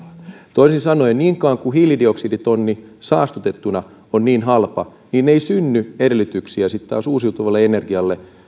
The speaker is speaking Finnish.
toisin sanoen niin kauan kuin hiilidioksiditonni saastutettuna on niin halpa ei synny edellytyksiä sitten taas uusiutuvalle energialle